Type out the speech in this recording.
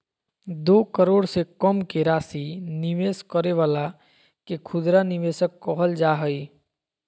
दो करोड़ से कम के राशि निवेश करे वाला के खुदरा निवेशक कहल जा हइ